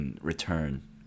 Return